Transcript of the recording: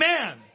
Amen